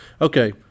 okay